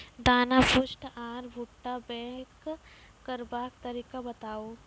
दाना पुष्ट आर भूट्टा पैग करबाक तरीका बताऊ?